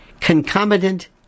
concomitant